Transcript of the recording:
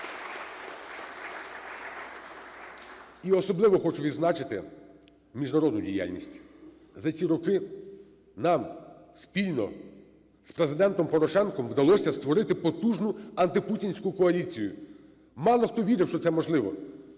І особливо хочу відзначити міжнародну діяльність. За ці роки нам спільно з Президентом Порошенком вдалося створити потужну антипутінську коаліцію. Мало хто вірив, що це можливо,